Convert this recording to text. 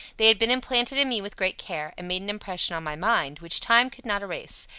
they had been implanted in me with great care, and made an impression on my mind, which time could not erase,